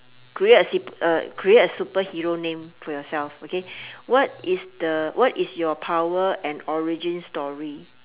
create a supe~ uh create a superhero name for yourself okay what is the what is your power and origin story